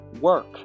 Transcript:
work